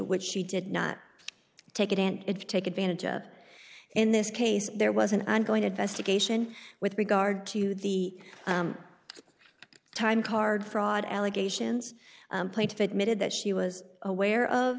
which she did not take it and take advantage of in this case there was an ongoing investigation with regard to the time card fraud allegations plaintiff admitted that she was aware of